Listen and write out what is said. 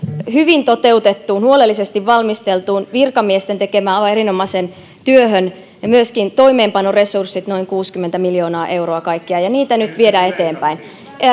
hyvin toteutettuun huolellisesti valmisteltuun virkamiesten tekemään aivan erinomaiseen työhön myöskin toimeenpanoresurssit noin kuusikymmentä miljoonaa euroa kaikkiaan ja niitä nyt viedään eteenpäin